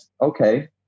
okay